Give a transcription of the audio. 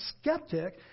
skeptic